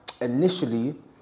initially